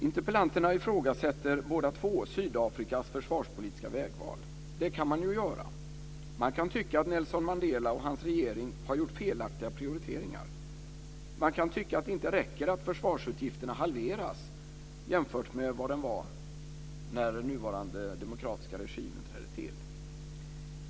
Interpellanterna ifrågasätter båda två Sydafrikas försvarspolitiska vägval. Det kan man ju göra. Man kan tycka att Nelson Mandela och hans regering har gjort felaktiga prioriteringar. Man kan tycka att det inte räcker att försvarsutgifterna halveras i förhållande till vad de var när den nuvarande demokratiska regimen trädde till.